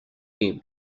game